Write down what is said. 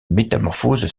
métamorphose